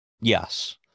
Yes